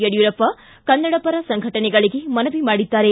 ಯಡಿಯೂರಪ್ಪ ಕನ್ನಡ ಪರ ಸಂಘಟನೆಗಳಿಗೆ ಮನವಿ ಮಾಡಿದ್ದಾರೆ